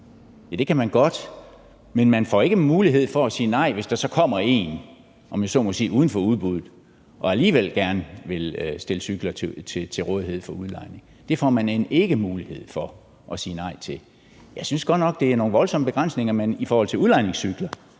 jo, det kan man godt, men man får ikke mulighed for at sige nej, hvis der så kommer en uden for udbuddet, om jeg så må sige, og alligevel gerne vil stille cykler til rådighed for udlejning. Det får man end ikke mulighed for at sige nej til. Jeg synes godt nok, det er nogle voldsomme begrænsninger, man i forhold til udlejningscykler